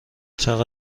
چقدر